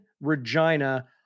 Regina